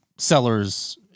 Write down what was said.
sellers